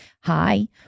Hi